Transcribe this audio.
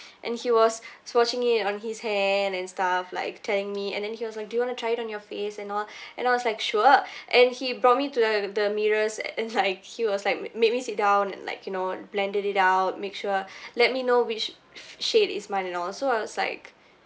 and he was he was swatching it on his hand and stuff like telling me and then he was like do you wanna try it on your face and all and I was like sure and he brought me to the the mirrors and like he was like made me sit down and like you know blended it out make sure let me know which shade is mine and all so I was like